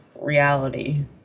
reality